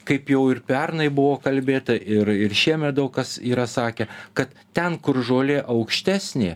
kaip jau ir pernai buvo kalbėta ir ir šiemet daug kas yra sakę kad ten kur žolė aukštesnė